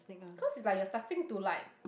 cause it's like you're staffing to like